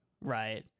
right